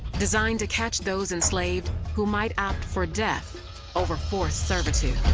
designed to catch those enslaved who might opt for death over forced servitude.